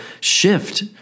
shift